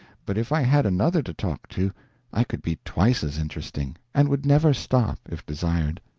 but if i had another to talk to i could be twice as interesting, and would never stop, if desired.